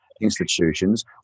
institutions